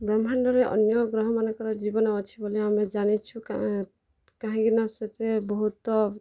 ବ୍ରହ୍ମାଣ୍ଡରେ ଅନ୍ୟ ଗ୍ରହମାନଙ୍କର୍ ଜୀବନ ଅଛି ବୋଲି ଆମେ ଜାଣିଛୁ କାହିଁକିନା ସେଥିରେ ବହୁତ